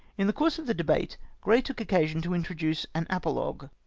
in the course of the debate grray took occasion to introduce an apologue